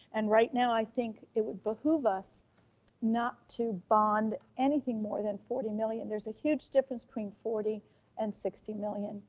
and right now i think it would behoove us not to bond anything more than forty million. there's a huge difference between forty and sixty million.